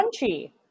crunchy